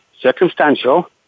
circumstantial